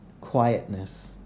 quietness